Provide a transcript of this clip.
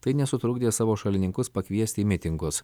tai nesutrukdė savo šalininkus pakviesti į mitingus